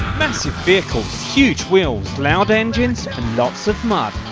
massive vehicles, huge wheel, load engines and lots of mud,